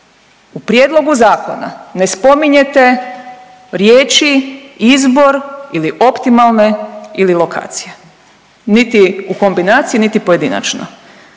u prijedlogu zakona ne spominjete riječi izbor ili optimalne ili lokacije. Niti u kombinaciji, niti pojedinačno.